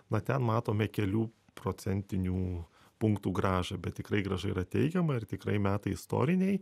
na ten matome kelių procentinių punktų grąža bet tikrai grąža yra teigiama ir tikrai metai istoriniai